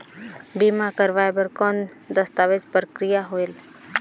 बीमा करवाय बार कौन दस्तावेज प्रक्रिया होएल?